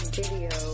video